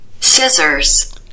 Scissors